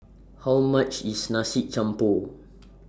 How much IS Nasi Campur